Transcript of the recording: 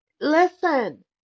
Listen